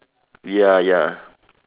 ya ya